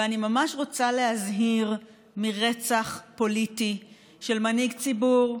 ואני ממש רוצה להזהיר מרצח פוליטי של מנהיג ציבור,